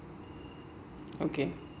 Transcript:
okay